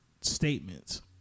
statements